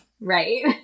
Right